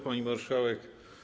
Pani Marszałek!